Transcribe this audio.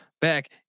back